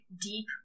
deep